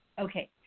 Okay